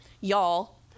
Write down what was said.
y'all